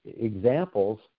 examples